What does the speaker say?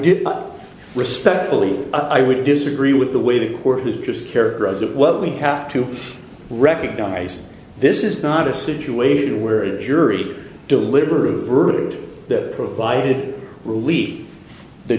dip respectfully i would disagree with the way the court who just characterize it what we have to recognize this is not a situation where the jury deliver a verdict that provided relieved the